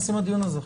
לדיון הזה עכשיו.